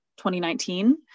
2019